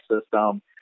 system